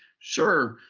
sure,